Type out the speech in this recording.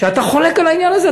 שאתה חולק על העניין הזה,